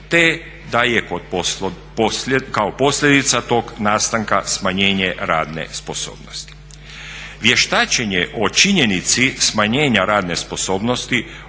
te da je kao posljedica tog nastanka smanjenje radne sposobnosti. Vještačenje o činjenici smanjenja radne sposobnosti